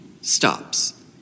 stops